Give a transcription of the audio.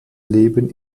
leben